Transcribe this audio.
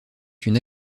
une